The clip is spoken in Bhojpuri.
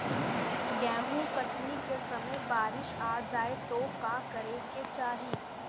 गेहुँ कटनी के समय बारीस आ जाए तो का करे के चाही?